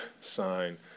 sign